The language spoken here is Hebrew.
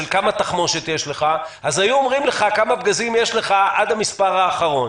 כמה תחמושת יש לך אז היו אומרים לך כמה פגזים יש לך עד המספר האחרון.